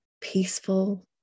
peaceful